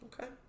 Okay